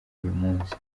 munsi